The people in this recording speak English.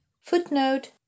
Footnote